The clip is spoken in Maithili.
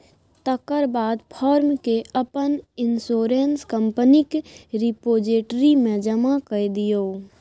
तकर बाद फार्म केँ अपन इंश्योरेंस कंपनीक रिपोजिटरी मे जमा कए दियौ